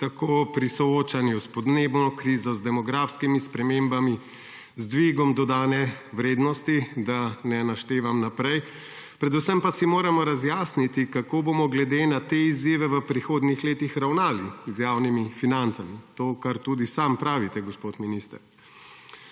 tako pri soočanju s podnebno krizo, z demografskimi spremembami, z dvigom dodane vrednosti, da ne naštevam naprej. Predvsem pa si moramo razjasniti, kako bomo glede na te izzive v prihodnjih letih ravnali z javnimi financami, to, kar tudi sami pravite, gospod minister.